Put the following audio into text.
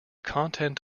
content